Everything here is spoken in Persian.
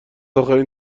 آخرین